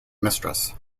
mistress